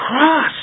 cross